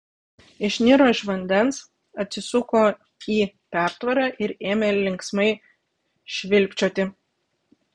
išniro iš vandens atsisuko į pertvarą ir ėmė linksmai švilpčioti